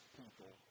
people